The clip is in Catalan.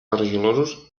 argilosos